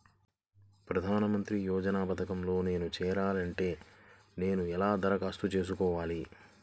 ప్రధాన మంత్రి యోజన పథకంలో నేను చేరాలి అంటే నేను ఎలా దరఖాస్తు చేసుకోవాలి?